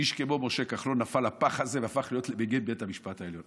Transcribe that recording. איש כמו משה כחלון נפל לפח הזה והפך להיות למגיד בית המשפט העליון.